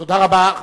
תודה רבה.